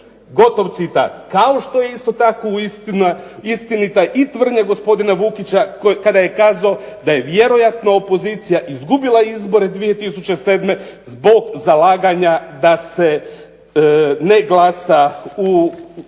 gotov citat. Kao što je isto tako istinita i tvrdnja gospodina Vukića kada je kazao da je vjerojatno opozicija izgubila izbore 2007. zbog zalaganja da se ne glasa u